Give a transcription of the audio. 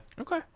Okay